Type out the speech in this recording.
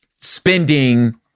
spending